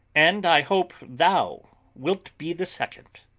and i hope thou wilt be the second.